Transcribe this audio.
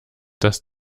dass